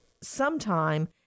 sometime